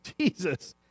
jesus